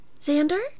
Xander